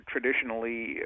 traditionally